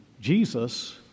Jesus